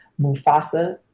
Mufasa